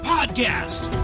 Podcast